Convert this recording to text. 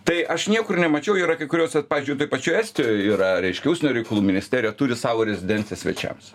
tai aš niekur nemačiau yra kai kurios vat pavyzdžiui toj pačioj estijoj yra reiškia užsienio reikalų ministerija turi savo rezidenciją svečiams